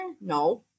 No